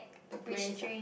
the brace ah